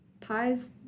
pies